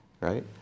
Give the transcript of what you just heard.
right